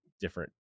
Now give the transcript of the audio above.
different